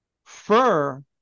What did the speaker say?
fur